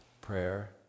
prayer